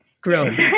Grown